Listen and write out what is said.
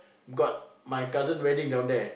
got my cousin wedding down there